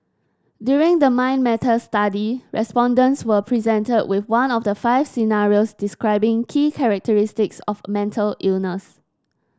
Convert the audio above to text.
during the Mind Matters study respondents were presented with one of the five scenarios describing key characteristics of a mental illness